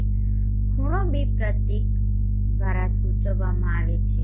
તે ખૂણો β પ્રતીક દ્વારા સૂચવવામાં આવે છે